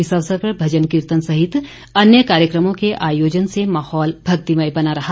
इस अवसर पर भजन कीर्तन सहित अन्य कार्यक्रमों के आयोजन से माहौल भक्तिमय बना रहा